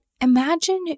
imagine